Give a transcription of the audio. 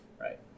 right